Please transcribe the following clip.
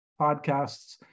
podcasts